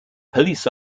police